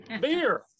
beer